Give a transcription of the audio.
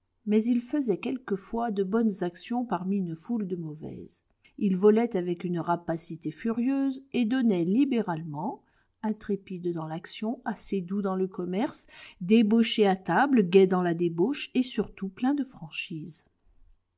mais il fesait quelquefois de bonnes actions parmi une foule de mauvaises il volait avec une rapacité furieuse et donnait libéralement intrépide dans l'action assez doux dans le commerce débauché à table gai dans la débauche et surtout plein de franchise